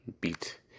beat